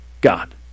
God